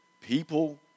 people